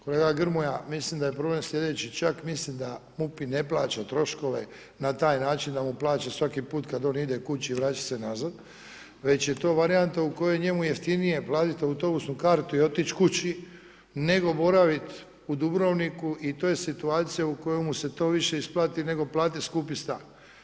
Kolega Grmoja, mislim da je problem slijedeći, čak mislim da MUP i ne plaća troškove na taj način da mu plaća svaki put kad on ide kući i vraća se nazad, već je to varijanta u kojem je njemu jeftinije platiti autobusnu kartu i otići kući, nego boraviti u Dubrovniku i to je situacija u kojoj mu se to više isplati nego platiti skupi stan.